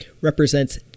represents